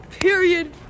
Period